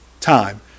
time